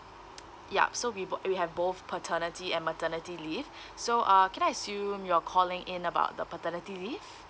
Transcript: ya so we bo~ we have both paternity and maternity leave so uh can I assume you're calling in about the paternity leave